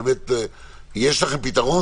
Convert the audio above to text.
יש לכם פתרון,